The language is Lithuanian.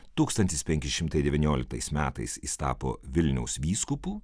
tūkstantis penki šimtai devynioliktais metais jis tapo vilniaus vyskupu